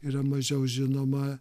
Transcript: yra mažiau žinoma